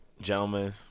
gentlemen